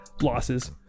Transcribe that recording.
losses